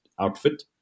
outfit